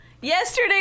Yesterday